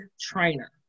trainer